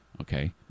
Okay